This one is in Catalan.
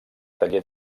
taller